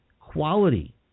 quality